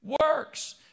works